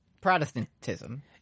Protestantism